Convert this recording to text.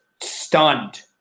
stunned